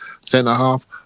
centre-half